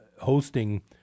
hosting